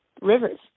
Rivers